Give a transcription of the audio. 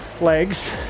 legs